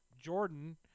Jordan